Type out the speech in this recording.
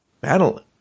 Battle